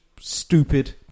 stupid